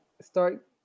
start